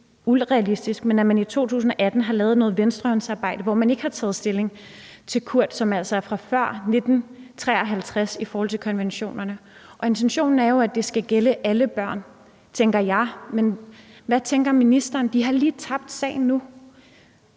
urealistisk – men man lavede noget venstrehåndsarbejde i 2018, hvor man ikke tog stilling til Kurt, som er altså er fra før 1953, i forhold til konventionerne. Intentionen er jo, at det skal gælde alle børn, tænker jeg, men hvad tænker ministeren? De har lige tabt sagen nu.